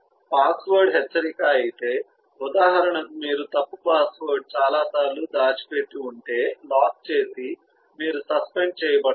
password హెచ్చరిక అయితే ఉదాహరణకు మీరు తప్పు పాస్వర్డ్ను చాలాసార్లు దాచిపెట్టి ఉంటే లాక్ చేసి మీరు సస్పెండ్ చేయబడతారు